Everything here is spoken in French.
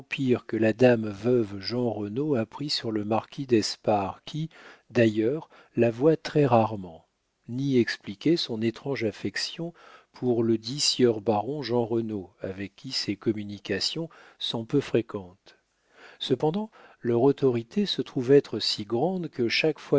que la dame veuve jeanrenaud a pris sur le marquis d'espard qui d'ailleurs la voit très-rarement ni expliquer son étrange affection pour ledit sieur baron jeanrenaud avec qui ses communications sont peu fréquentes cependant leur autorité se trouve être si grande que chaque fois